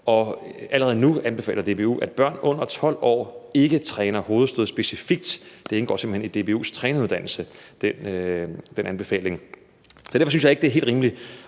og allerede nu anbefaler DBU, at børn under 12 år ikke træner hovedstød specifikt. Den anbefaling indgår simpelt hen i DBU's træneruddannelse. Derfor synes jeg ikke, det er helt rimeligt